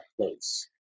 place